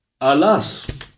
Alas